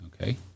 Okay